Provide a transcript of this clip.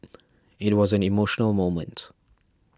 it was an emotional moment